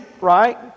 right